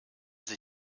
sie